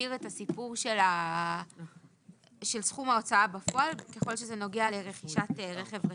מבהיר את הסיפור של סכום ההוצאה בפועל ככל שזה נוגע לרכישת רכב רפואי.